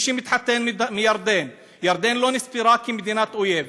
מי שמתחתן מירדן ירדן לא נספרה כמדינת אויב.